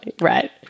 right